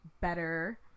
better